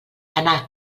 anar